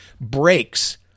breaks